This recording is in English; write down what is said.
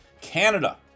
Canada